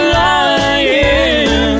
lying